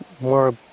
more